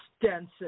extensive